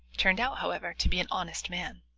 turned out, however, to be an honest man.